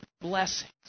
blessings